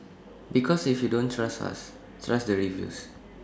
because if you don't trust us trust the reviews